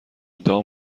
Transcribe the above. ادعا